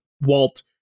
Walt